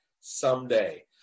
someday